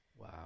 Wow